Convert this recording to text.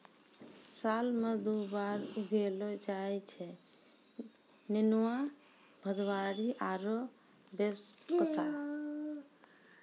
साल मॅ दु बार उगैलो जाय छै नेनुआ, भदबारी आरो बैसक्खा